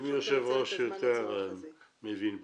אם ייבחר יושב-ראש יותר מבין בעניין.